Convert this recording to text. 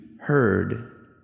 heard